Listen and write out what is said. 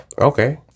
Okay